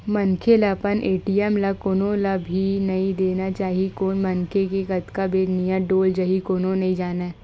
मनखे ल अपन ए.टी.एम ल कोनो ल भी नइ देना चाही कोन मनखे के कतका बेर नियत डोल जाही कोनो नइ जानय